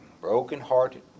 broken-hearted